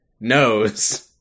knows